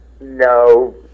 No